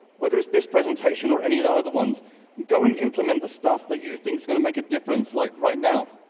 whether it's this presentation or any of the other ones, you go and implement the stuff that you think is going to make a difference like, right now,